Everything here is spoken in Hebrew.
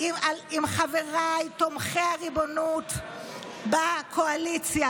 על חבריי תומכי הריבונות בקואליציה.